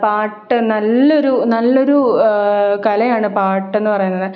പാട്ട് നല്ലൊരു നല്ലൊരു കലയാണ് പാട്ടെന്ന് പറയുന്നത്